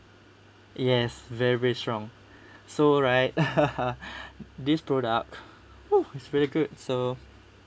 yes very very strong so right this product is really good so